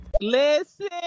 Listen